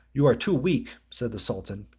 you are too weak, said the sultan,